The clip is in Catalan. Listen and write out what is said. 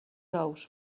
ous